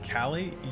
Callie